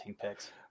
picks